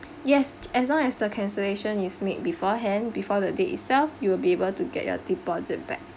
yes as long as the cancellation is made beforehand before the day itself you will be able to get your deposit back